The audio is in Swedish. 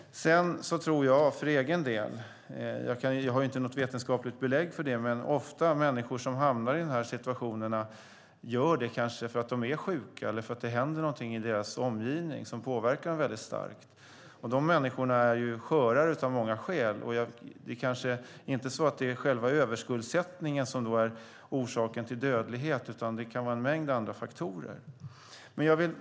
Jag tror för egen del, utan att ha något vetenskapligt belägg för det, att människor som hamnar i de här situationerna ofta gör det för att de är sjuka eller för att det händer någonting i deras omgivning som påverkar dem starkt. De människorna är skörare av många skäl, och det kanske inte är själva överskuldsättningen som är orsaken till den förhöjda dödligheten, utan det kan vara en mängd andra faktorer som ligger bakom.